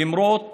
למרות